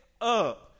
up